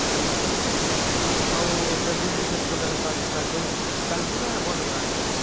ଜନନୀ card ଆଉ ସେ Biju Swasthya Kalyan card card ଚାଲୁଛି ନା ବନ୍ଦ ହେଇଗଲାଣି ସେଇଟା